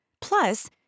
Plus